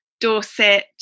Dorset